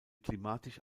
klimatisch